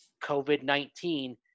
COVID-19